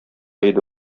иде